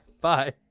Bye